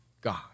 God